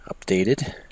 Updated